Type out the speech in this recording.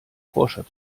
forscher